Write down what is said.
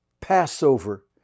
Passover